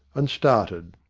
and started.